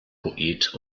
poet